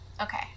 Okay